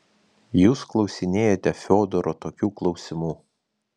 jūs klausinėjate fiodoro tokių klausimų